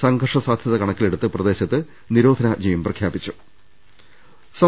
സംഘർഷ സാധ്യത കണക്കിലെടുത്ത് പ്രദേശത്ത് നിരോധനാ ജ്ഞയും പ്രഖ്യാപിച്ചിട്ടുണ്ട്